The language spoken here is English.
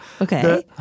Okay